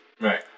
right